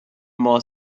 more